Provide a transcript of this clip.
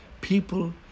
people